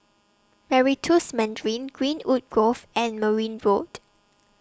Meritus Mandarin Greenwood Grove and Merryn Road